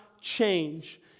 change